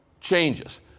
changes